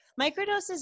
microdoses